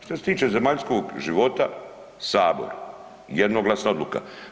Što se tiče zemaljskog života, sabor jednoglasna odluka.